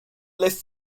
lässt